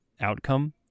outcome